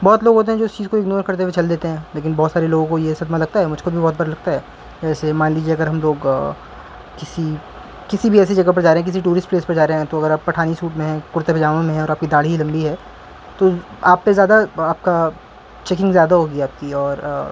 بہت لوگ ہوتے ہیں جو چیز کو اگنور کرتے ہوئے چل دیتے ہیں لیکن بہت سارے لوگوں کو یہ صدمہ لگتا ہے مجھ کو بھی بہت بڑا لگتا ہے جیسے مان لیجیے اگر ہم لوگ کسی کسی بھی ایسی جگہ پر جا رہے ہیں کسی ٹورسٹ پلیس پر جا رہے ہیں تو اگر آپ پٹھانی سوٹ میں ہیں کرتے پاجامہ میں ہے اور آپ کی داڑھی ہی لمبی ہے تو آپ پہ زیادہ آپ کا چیکنگ زیادہ ہوگی آپ کی اور